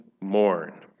mourn